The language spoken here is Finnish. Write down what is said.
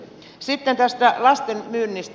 sitten tästä lasten myynnistä